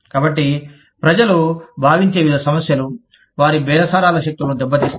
కాబట్టి ప్రజలు భావించే వివిధ సమస్యలు వారి బేరసారాల శక్తులను దెబ్బతీస్తాయి